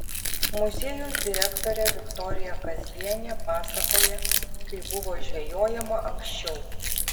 muziejaus direktorė viktorija kazlienė pasakoja kaip buvo žvejojama anksčiau